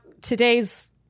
today's